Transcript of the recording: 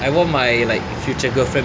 I want my like future girlfriend